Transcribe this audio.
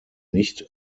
nicht